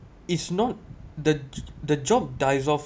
it's not the the job dissolved